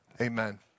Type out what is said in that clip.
Amen